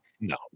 No